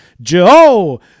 Joe